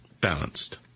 balanced